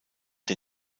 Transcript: der